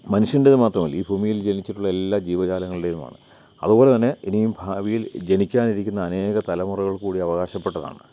മനുഷ്യൻ്റേത് മാത്രമല്ല ഈ ഭൂമിയിൽ ജനിച്ചിട്ടുള്ള എല്ലാ ജീവജാലങ്ങളുടെയുമാണ് അതുപോലെതന്നെ ഇനിയും ഭാവിയിൽ ജനിക്കാനിരിക്കിന്ന അനേകം തലമുറകൾക്കുകൂടി അവകാശപ്പെട്ടതാണ്